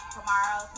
Tomorrow